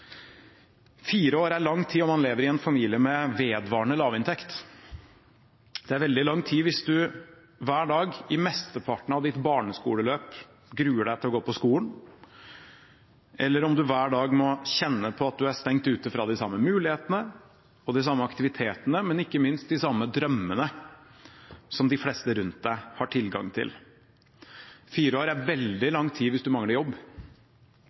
Fire år er lang tid om man lever i en familie med vedvarende lavinntekt. Det er veldig lang tid hvis man hver dag i mesteparten av barneskoleløpet gruer seg til å gå på skolen, eller om man hver dag må kjenne på at man er stengt ute fra de samme mulighetene og de samme aktivitetene, men ikke minst de samme drømmene som de fleste rundt en har tilgang til. Fire år er veldig lang tid hvis man mangler jobb.